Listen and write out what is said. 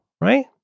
Right